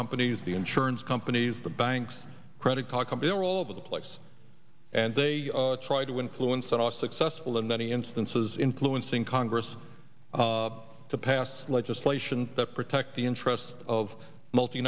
companies the insurance companies the banks credit card companies all over the place and they try to influence and are successful in many instances influencing congress to pass legislation that protect the interests of multi